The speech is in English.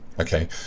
Okay